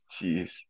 Jeez